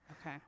Okay